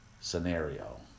scenario